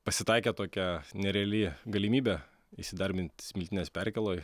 pasitaikė tokia nereali galimybė įsidarbint smiltynės perkėloj